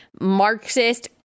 Marxist